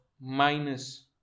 minus